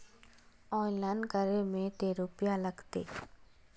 Online करे में ते रुपया लगते?